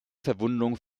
verwundung